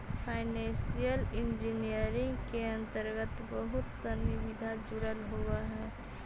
financial engineering के अंतर्गत बहुत सनि विधा जुडल होवऽ हई